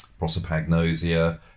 prosopagnosia